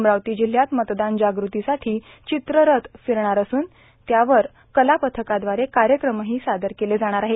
अमरावती जिल्ह्यात मतदान जाग़तीसाठी चित्ररथ फिरणार असून त्यावर कलापथकादवारे कार्यक्रमही सादर केले जाणार आहे